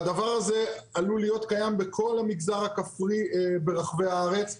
הדבר הזה עלול להיות קיים בכל המגזר הכפרי ברחבי הארץ.